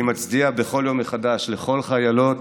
אני מצדיע בכל יום מחדש לכל חיילות